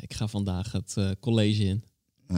Ik ga vandaag het, eh, college in.